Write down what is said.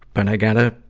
and i gotta,